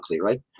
right